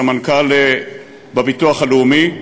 סמנכ"ל הביטוח הלאומי,